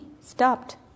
stopped